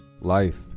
life